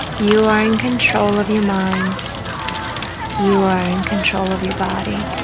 you are in control of your mind you are in control of your body